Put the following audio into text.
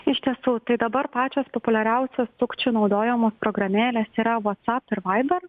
iš tiesų tai dabar pačios populiariausios sukčių naudojamos programėlės yra vats ap ir vaiber